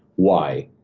why?